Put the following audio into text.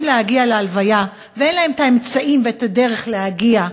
להגיע להלוויה ואין להם האמצעים והדרך להגיע.